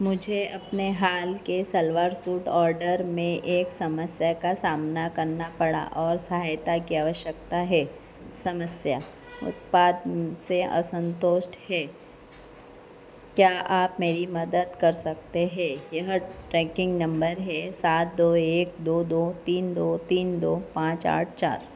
मुझे अपने हाल के सलवार सूट ऑर्डर में एक समस्या का सामना करना पड़ा और सहायता की आवश्यकता है समस्या उत्पाद से असन्तोष है क्या आप मेरी मदद कर सकते हैं यहाँ ट्रैकिन्ग नम्बर है सात दो एक दो दो तीन दो तीन दो पाँच आठ चार